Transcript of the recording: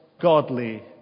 godly